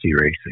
racing